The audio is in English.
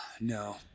no